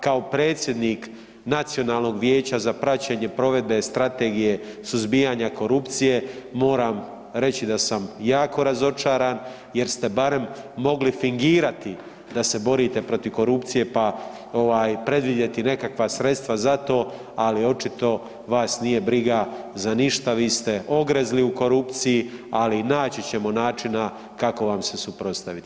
Kao predsjednik Nacionalnog vijeća za praćenje provedbe strategije suzbijanja korupcije moram reći da sam jako razočaran jer ste barem mogli fingirati da se borite protiv korupcije, pa ovaj predvidjeti nekakva sredstva za to, ali očito vas nije briga za ništa, vi ste ogrezli u korupciji, ali naći ćemo načina kako vam se suprotstaviti.